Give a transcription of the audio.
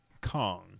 Kong